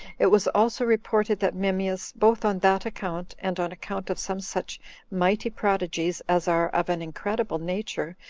it was also reported that memmius, both on that account, and on account of some such mighty prodigies as are of an incredible nature,